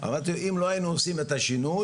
אמרתי אם לא היינו עושים את השינוי,